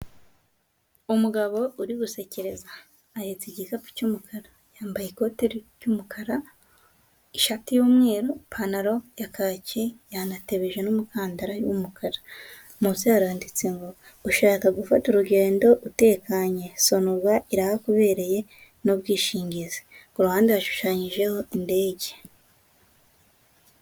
Umugabo uri gusekereza ahetsa igikapu cy'umukara, yambaye ikote ry'umukara ishati y'umweru ipantaro ya kaki yanatebeje n'umukandara w'umukara, munsi haranditse ngo ushaka gufata urugendo utekanye sonarw irahakubereye n'ubwishingizi. Ku ruhande Hashushanyijeho indege.